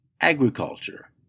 agriculture